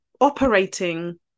operating